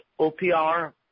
OPR